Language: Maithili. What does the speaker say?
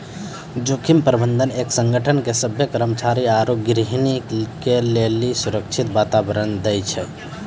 जोखिम प्रबंधन एक संगठन के सभ्भे कर्मचारी आरू गहीगी के लेली सुरक्षित वातावरण दै छै